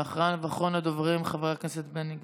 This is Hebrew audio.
ואחריו, אחרון הדוברים, השר חבר הכנסת בני גנץ.